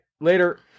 later